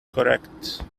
correct